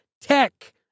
Tech